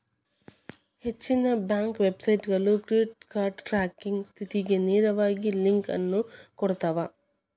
ಹೆಚ್ಚಿನ ಬ್ಯಾಂಕ್ ವೆಬ್ಸೈಟ್ಗಳು credit card tracking ಸ್ಥಿತಿಗ ನೇರವಾಗಿ ಲಿಂಕ್ ಅನ್ನು ಕೊಡ್ತಾವ